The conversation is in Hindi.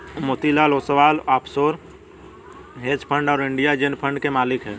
Motilal Oswal offshore hedge fund और इंडिया जेन फंड के मालिक हैं